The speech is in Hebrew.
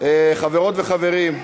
חברות וחברים,